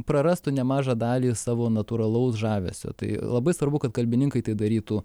prarastų nemažą dalį savo natūralaus žavesio tai labai svarbu kad kalbininkai tai darytų